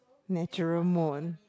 natural moon